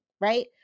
right